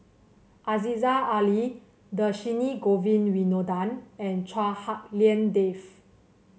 Aziza Ali Dhershini Govin Winodan and Chua Hak Lien Dave